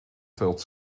telt